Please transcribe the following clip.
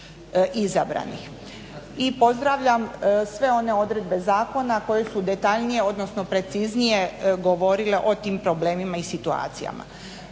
i pozdravljam sve one odredbe zakona koje su detaljnije, odnosno preciznije govorile o tim problemima i situacijama.